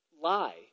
lie